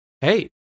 hey